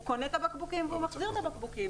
הוא קונה את הבקבוקים והוא מחזיר את הבקבוקים.